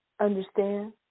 Understand